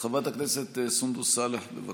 חברת הכנסת סונדוס סאלח, בבקשה.